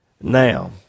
Now